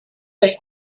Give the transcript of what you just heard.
they